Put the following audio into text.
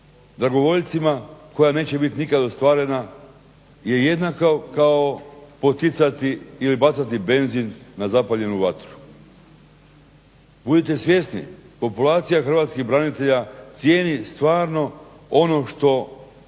zagovornicima koja neće biti nikad ostvarena je jednaka kao poticati ili bacati benzin na zapaljenu vatru. Budite svjesni, populacija hrvatskih branitelja cijeni stvarno ono što im se